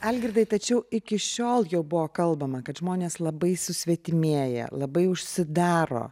algirdai tačiau iki šiol jau buvo kalbama kad žmonės labai susvetimėję labai užsidaro